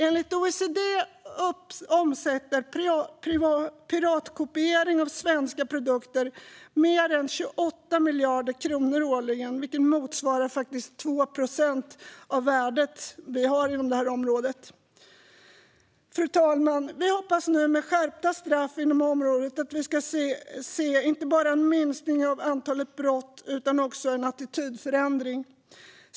Enligt OECD omsätter piratkopieringen av svenska produkter mer än 28 miljarder kronor årligen, vilket motsvarar 2 procent av värdet inom detta område. Fru talman! Vi hoppas att det med skärpta straff inom området inte bara ska ske en minskning av antalet brott utan också en attitydförändring.